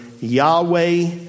Yahweh